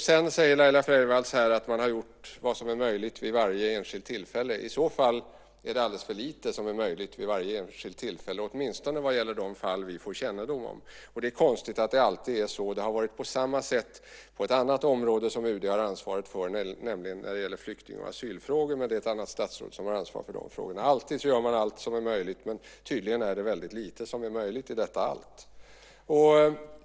Sedan säger Laila Freivalds att man har gjort vad som är möjligt vid varje enskilt tillfälle. I så fall är det alldeles för lite som är möjligt vid varje enskilt tillfälle, åtminstone vad gäller de fall vi får kännedom om. Det är konstigt att det alltid är så. Det har varit på samma sätt på ett annat område som UD har ansvar för, nämligen flykting och asylfrågor. Men det är ett annat statsråd som har ansvar för de frågorna. Alltid gör man allt som är möjligt, men tydligen är det väldigt lite som är möjligt i detta allt.